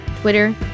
Twitter